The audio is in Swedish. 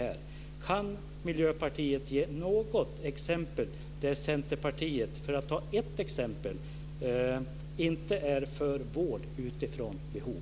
Kan ni i Miljöpartiet ge något exempel på där Centerpartiet inte har varit för vård utifrån behov?